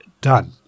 done